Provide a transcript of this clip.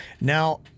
Now